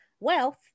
wealth